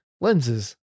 lenses